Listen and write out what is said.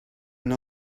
and